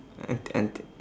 unti~ unti~